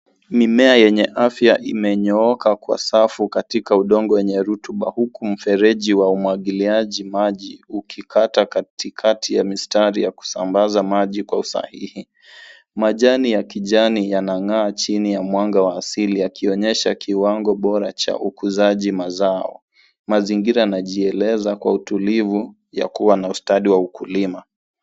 Mimea yenye afya imenyooka kwa safu katika udongo yenye rutuba huku mfereji ya umwagiliaji maji ukikata katikati ya mistari ya kusambaza maji kwa usahihi. Majani ya kijani yanangaa chini ya mwanga wa asili yakionyesha kiwango bora ya ukuzaji mazao. Mazingira yanajieleza kwa utulivu wa kuwa na ustadi wa ukulima.